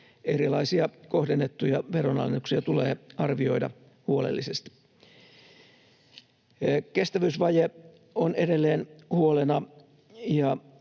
erilaisia kohdennettuja veronalennuksia tulee arvioida huolellisesti. Kestävyysvaje on edelleen huolena,